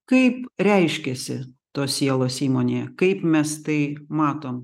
kaip reiškiasi tos sielos įmonė kaip mes tai matom